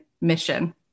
mission